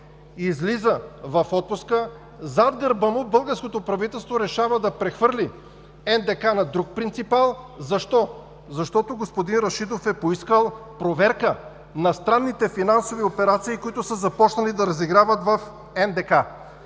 излиза в отпуска, а зад гърба му българското правителство решава да прехвърли НДК на друг принципал. Защо? Защото господин Рашидов е поискал проверка на странните финансови операции, които са започнали да разиграват в НДК.